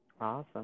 Awesome